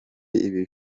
ibi